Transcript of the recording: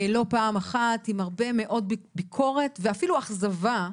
לא פעם אחת, עם הרבה מאוד ביקורת ואפילו אכזבה,